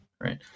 right